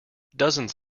dozens